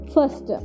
First